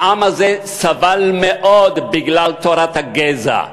העם הזה סבל מאוד בגלל תורת הגזע.